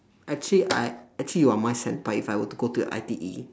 actually I actually you are my senpai if I were to go to I_T_E